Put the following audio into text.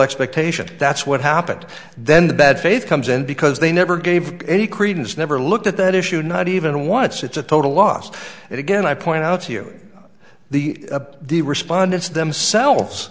expectation that's what happened then the bad faith comes in because they never gave any credence never looked at that issue not even once it's a total loss it again i point out to you the the respondents themselves